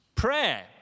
Prayer